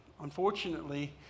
unfortunately